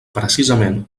precisament